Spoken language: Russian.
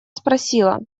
спросила